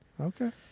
Okay